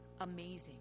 amazing